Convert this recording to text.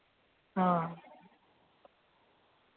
हां